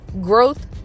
growth